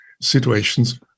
situations